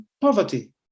poverty